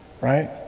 right